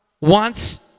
wants